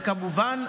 וכמובן,